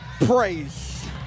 praise